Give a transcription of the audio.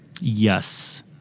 Yes